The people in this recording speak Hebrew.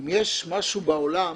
אם יש משהו בעולם